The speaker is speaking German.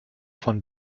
von